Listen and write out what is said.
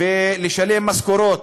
ולשלם משכורות,